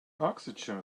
oxygen